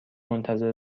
منتظر